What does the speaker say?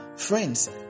friends